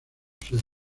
sede